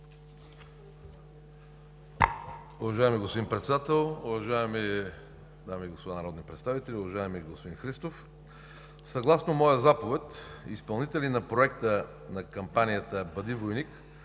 Уважаеми господин Председател, уважаеми дами и господа народни представители! Уважаеми господин Христов, съгласно моя заповед, изпълнители на проекта на кампанията „Бъди войник“